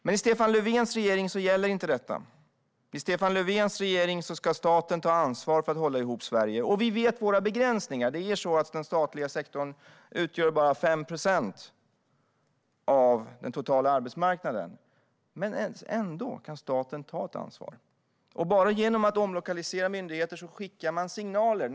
Men i Stefan Löfvens regering gäller inte detta. I Stefan Löfvens regering ska staten ta ansvar för att hålla ihop Sverige. Vi vet våra begränsningar. Den statliga sektorn utgör bara 5 procent av den totala arbetsmarknaden. Men staten kan ändå ta ett ansvar. Bara genom att omlokalisera myndigheter skickas signaler.